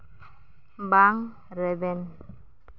ᱵᱟᱝ ᱨᱮᱵᱮᱱ